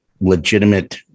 legitimate